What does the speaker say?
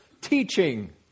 teaching